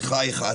בחייך.